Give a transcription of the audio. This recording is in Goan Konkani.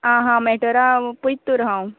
आ हा मॅटरा पर्यंत तर हांव